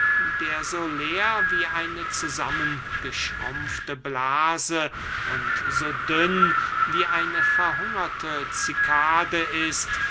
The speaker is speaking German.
der so leer wie eine zusammengeschrumpfte blase und so dünn wie eine verhungerte cikade ist